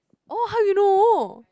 oh how you know